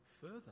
further